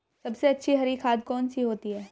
सबसे अच्छी हरी खाद कौन सी होती है?